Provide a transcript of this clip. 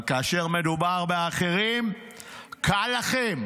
אבל כאשר מדובר באחרים קל לכם.